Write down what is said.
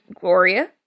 Gloria